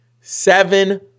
Seven